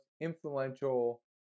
influential